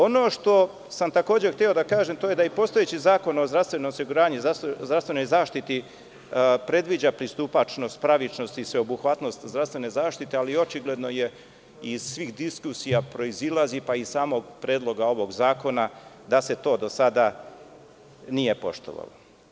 Ono što sam takođe hteo da kažem, to je da i postojeći Zakon o zdravstvenom osiguranju i zdravstvenoj zaštiti predviđa pristupačnost, pravičnost i sveobuhvatnost zdravstvene zaštite, ali očigledno je i svih diskusija proizilazi, pa i iz samog Predloga ovog zakona da se to do sada nije poštovalo.